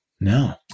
No